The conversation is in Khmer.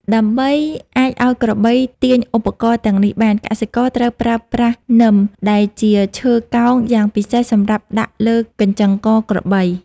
ដើម្បីអាចឱ្យក្របីទាញឧបករណ៍ទាំងនេះបាន កសិករត្រូវប្រើប្រាស់ នឹម ដែលជាឈើកោងយ៉ាងពិសេសសម្រាប់ដាក់លើកញ្ចឹងកក្របី។